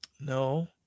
No